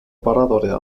paradorea